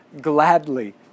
gladly